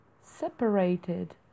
separated